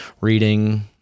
reading